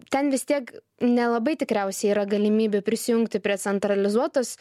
ten vis tiek nelabai tikriausiai yra galimybė prisijungti prie centralizuotos